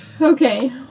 Okay